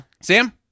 Sam